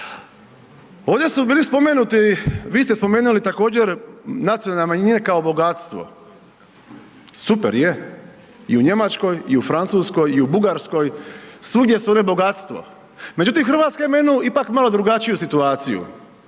Ovdje su bili spomenuti, vi ste spomenuli također nacionalne manjine kao bogatstvo. Super, je, i u Njemačkoj i u Francuskoj i u Bugarskoj, svugdje su one bogatstvo međutim Hrvatska ima jednu ipak malo drugačiju situaciju